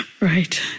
Right